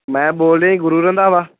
ਮੈਂ ਬੋਲ ਰਿਹਾਂ ਜੀ ਗੁਰੂ ਰੰਧਾਵਾ